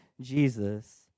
jesus